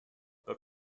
but